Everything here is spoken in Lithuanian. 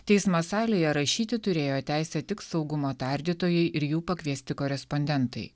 teismą salėje rašyti turėjo teisę tik saugumo tardytojai ir jų pakviesti korespondentai